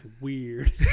weird